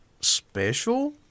special